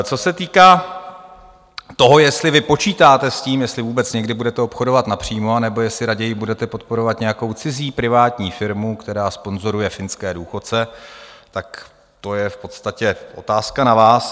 Co se týká toho, jestli vy počítáte s tím, jestli vůbec někdy budete obchodovat napřímo, anebo jestli raději budete podporovat nějakou cizí privátní firmu, která sponzoruje finské důchodce, tak to je v podstatě otázka na vás.